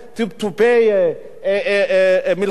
תופי מלחמה.